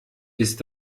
ist